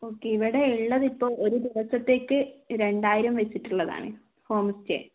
ഒക്കെ ഇവിടെ ഉള്ളത് ഇപ്പം ഒരു ദിവസത്തേക്ക് രണ്ടായിരം വെച്ചിട്ടുള്ളതാണ് ഹോം സ്റ്റേ